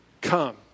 Come